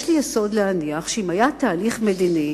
יש לי יסוד להניח שאם היה תהליך מדיני,